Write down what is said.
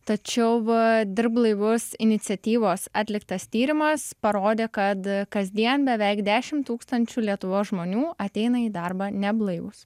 tačiau va dirbk blaivus iniciatyvos atliktas tyrimas parodė kad kasdien beveik dešimt tūkstančių lietuvos žmonių ateina į darbą neblaivūs